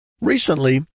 Recently